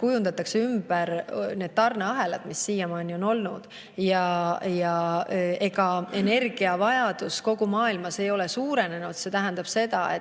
kujundatakse ümber need tarneahelad, mis siiamaani on olnud. Ega energiavajadus kogu maailmas ei ole suurenenud. See tähendab seda, et